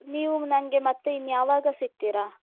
ನೀವು ನನಗೆ ಮತ್ತೆ ಇನ್ನು ಯಾವಾಗ ಸಿಗ್ತೀರಾ